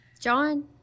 John